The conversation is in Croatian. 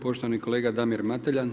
Poštovani kolega Damir Mateljan.